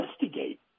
investigate